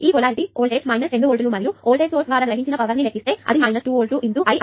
కాబట్టి ఈ polarity voltage 2 వోల్ట్లు మరియు వోల్టేజ్ సోర్స్ ద్వారా గ్రహించిన పవర్ ని లెక్కించాలి ఇది 2 వోల్ట్ల I